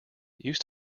used